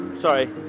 Sorry